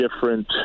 different